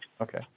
Okay